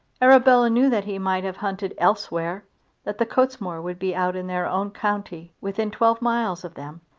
arabella knew that he might have hunted elsewhere that the cottesmore would be out in their own county within twelve miles of them,